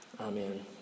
Amen